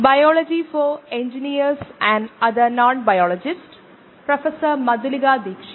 bio റിയാക്ടേഴ്സിനെക്കുറിച്ചുള്ള ഈ രണ്ടാമത്തെ പ്രഭാഷണത്തിലേക്ക് സ്വാഗതം